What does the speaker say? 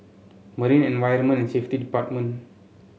Marine Environment and Safety Department